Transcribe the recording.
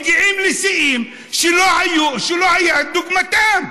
מגיעים לשיאים שלא היה דוגמתם.